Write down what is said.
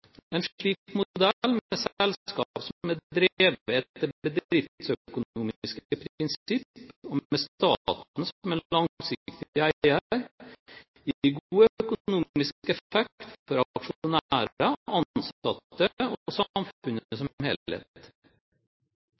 En slik modell, med selskaper som er drevet etter bedriftsøkonomiske prinsipper og med staten som en langsiktig eier, gir god økonomisk effekt for aksjonærer, ansatte og samfunnet som